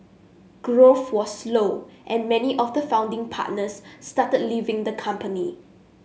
growth was slow and many of the founding partners started leaving the company